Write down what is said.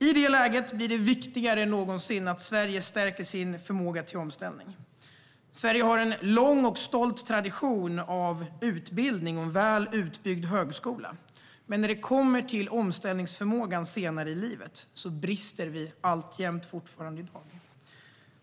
I det läget blir det viktigare än någonsin att Sverige stärker sin förmåga till omställning. Sverige har en lång och stolt tradition av utbildning och en väl utbyggd högskola, men när det kommer till omställningsförmågan senare i livet brister vi fortfarande i dag.